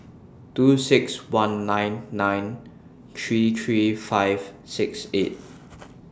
two six one nine nine three three five six eight